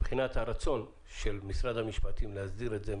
מבחינת הרצון של משרד המשפטים להסדיר את זה,